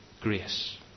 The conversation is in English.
grace